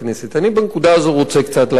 בנקודה הזאת אני רוצה קצת להסביר.